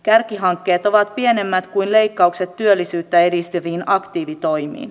kärkihankkeet ovat pienemmät kuin leikkaukset työllisyyttä edistäviin aktiivitoimiin